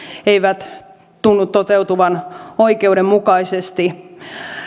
ei tunnu toteutuvan oikeudenmukaisesti